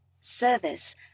service